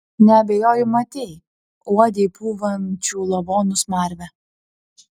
neabejoju matei uodei pūvančių lavonų smarvę